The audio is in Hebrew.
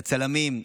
לצלמים,